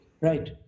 Right